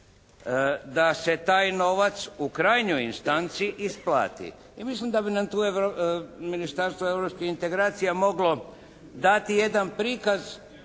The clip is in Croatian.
Da se taj novac u krajnjoj instanci isplati. I mislim da bi nam tu Ministarstvo europskih integracija moglo dati jedan prikaz